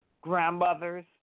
grandmothers